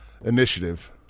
initiative